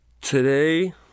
today